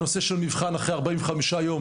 הנושא של המבחן אחרי 45 יום.